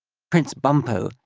prince bumpo,